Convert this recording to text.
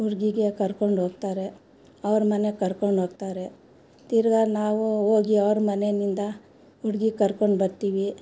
ಹುಡುಗಿಗೆ ಕರ್ಕೊಂಡು ಹೋಗ್ತಾರೆ ಅವ್ರ ಮನೆಗೆ ಕರ್ಕೊಂಡೋಗ್ತಾರೆ ತಿರುಗಾ ನಾವು ಹೋಗಿ ಅವ್ರ ಮನೆಯಿಂದ ಹುಡುಗಿ ಕರ್ಕೊಂಡು ಬರ್ತೀವಿ